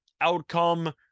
outcome